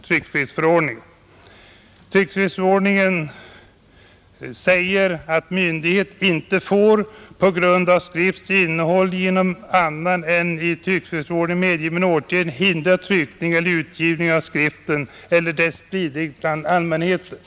Tryckfrihetsförordningen säger att myndighet inte får på grund av skrifts innehåll genom annan än i tryckfrihetsförordningen medgiven åtgärd hindra tryckning eller utgivning av skriften eller dess spridning bland allmänheten.